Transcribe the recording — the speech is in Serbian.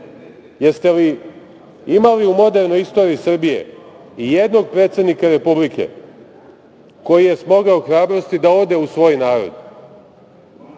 li imali u modernoj istoriji Srbije i jednog predsednika Republike koji je smogao hrabrosti da ode u svoj narod,